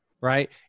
Right